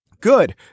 Good